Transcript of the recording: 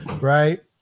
Right